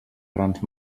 grans